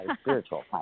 spiritual